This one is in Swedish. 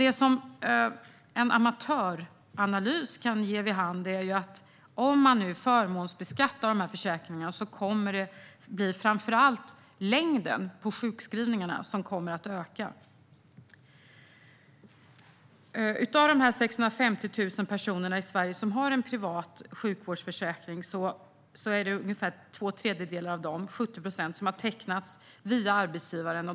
Det som en amatöranalys kan ge vid handen är att om man förmånsbeskattar de här försäkringarna kommer framför allt längden på sjukskrivningarna att öka. Av de 650 000 personerna i Sverige som har en privat sjukvårdsförsäkring är det ungefär två tredjedelar, 70 procent, som har tecknat den via arbetsgivaren.